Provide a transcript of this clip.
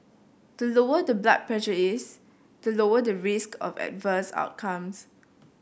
the lower the blood pressure is the lower the risk of adverse outcomes